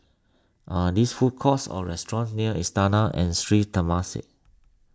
are these food courts or restaurants near Istana and Sri Temasek